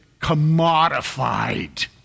commodified